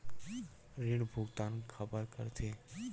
ऋण भुक्तान काबर कर थे?